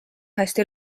hästi